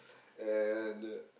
and